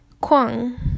Kwang